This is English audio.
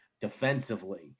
defensively